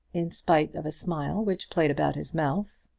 in spite of a smile which played about his mouth.